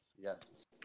Yes